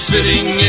Sitting